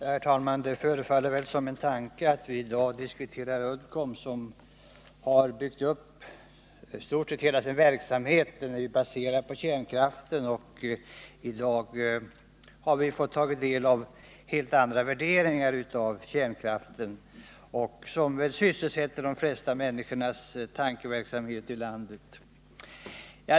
Herr talman! Det förefaller som en tanke att det är just i dag vi diskuterar Uddcomb, som har baserat och byggt upp i stort sett hela sin verksamhet på kärnkraften — i dag har vi ju fått ta del av helt andra värderingar av kärnkraften, som väl nu sysselsätter tankarna hos de flesta människor i landet.